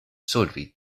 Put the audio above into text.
solvi